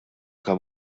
kemm